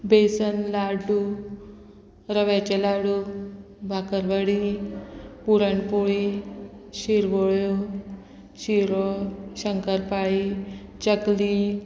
बेसन लाड्डू रव्याचे लाडू भाकरवाडी पुरणपोळी शिरवळ्यो शिरो शंकरपाळी चकली